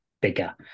bigger